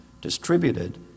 distributed